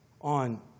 on